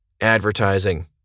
Advertising